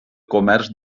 comerç